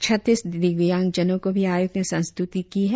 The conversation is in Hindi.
छत्तीस दिव्यांगजनों को भी आयोग ने संस्तुति की है